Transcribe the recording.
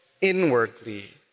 inwardly